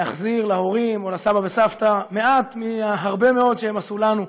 להחזיר להורים או לסבא ולסבתא מעט מהרבה מאוד שהם עשו לנו,